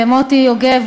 למוטי יוגב,